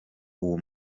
uwo